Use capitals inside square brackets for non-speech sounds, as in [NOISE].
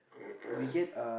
[COUGHS]